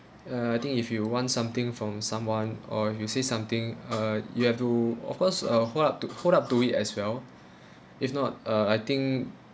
uh I think if you want something from someone or if you say something uh you have to of course uh hold up to hold up to it as well if not uh I think